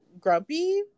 grumpy